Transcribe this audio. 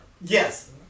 Yes